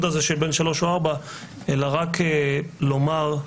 הזה של בין שלוש או ארבע אלא רק לומר לך,